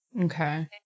Okay